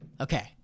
Okay